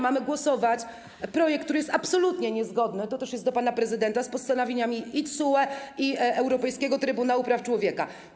Mamy głosować w sprawie projektu, który jest absolutnie niezgodny - to też kieruję do pana prezydenta - z postanowieniami i TSUE, i Europejskiego Trybunału Praw Człowieka.